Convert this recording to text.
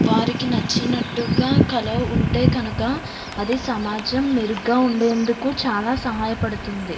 వారికి నచ్చినట్టుగా కళ ఉంటే కనుక అది సమాజం మెరుగ్గా ఉండేందుకు చాలా సహాయపడుతుంది